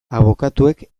abokatuek